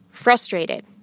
Frustrated